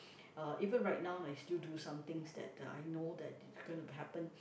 uh even right now I still do somethings that uh I know that it's gonna to happen